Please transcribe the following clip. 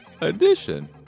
edition